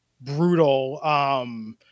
brutal